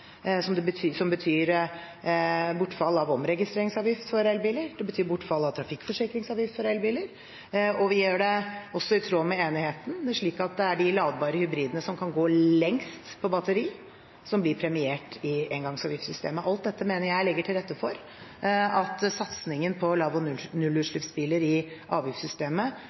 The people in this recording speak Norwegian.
som betyr bortfall av omregistreringsavgift for elbiler, og det betyr bortfall av trafikkforsikringsavgift for elbiler. Vi gjør det også i tråd med enigheten slik at det er de ladbare hybridene som kan gå lengst på batteri, som blir premiert i engangsavgiftssystemet. Alt dette mener jeg legger til rette for at satsingen på lav- og nullutslippsbiler i avgiftssystemet